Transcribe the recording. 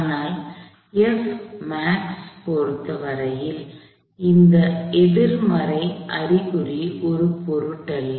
ஆனால் பொறுத்த வரையில் இந்த எதிர்மறை அறிகுறி ஒரு பொருட்டல்ல